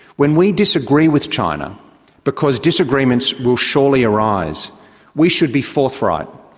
when we disagree with china because disagreements will surely arise we should be forthright,